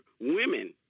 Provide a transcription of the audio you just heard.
women